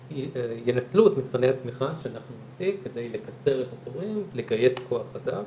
ינצלו את מבחני התמיכה שאנחנו נוציא כדי לקצר את התורים לגייס כוח אדם.